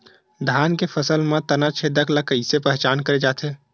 धान के फसल म तना छेदक ल कइसे पहचान करे जाथे?